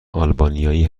آلبانیایی